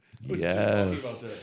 Yes